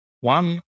One